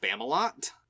Spamalot